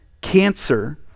Cancer